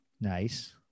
Nice